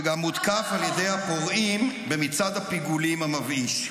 שגם הותקף על ידי הפורעים במצעד הפיגולים המבאיש.